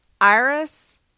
Iris